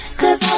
cause